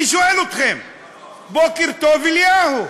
אני שואל: בוקר טוב, אליהו.